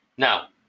Now